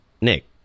Nick